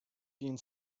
being